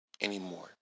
anymore